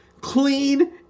clean